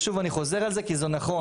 ושוב אני חוזר על זה כי זה נכון,